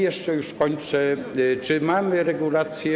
Jeszcze - już kończę - czy mamy regulacje?